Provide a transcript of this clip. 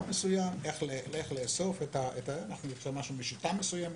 מסוים איך לאסוף ומצאנו שיטה מסוימת.